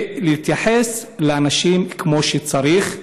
ויתייחס לאנשים כמו שצריך.